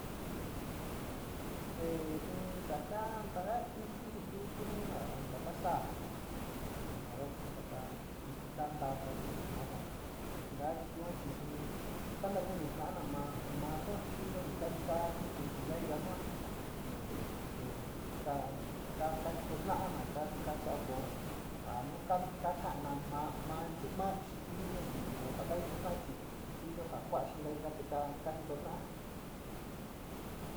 E suni taka, taka kiti chi tu, tu jinida ntaka saa, yuka kaku taka kiti kantava xi naa ko, ntaka kiti yua suni kanta koni to´o ma, ma sua xiyo nu kajika titi xii ka jika sua, ete ka kajito ta´a na kasa´a ko ja nu ka kaka´ana maa, ma yu´u maa chi tu jinio chi, ka ja kajito ta´a ahi iyo ja kua´a xee kajika te kojito ta´a.